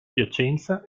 piacenza